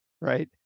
right